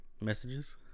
messages